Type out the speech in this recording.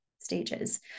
stages